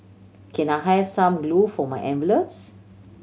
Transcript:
can I have some glue for my envelopes